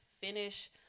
finish